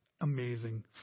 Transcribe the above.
amazing